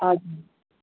हवस्